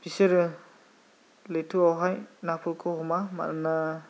बिसोरो लैथोआवहाय नाफोरखौ हमा मानोना